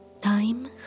Time